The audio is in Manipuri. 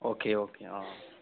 okay okay ah